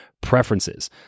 preferences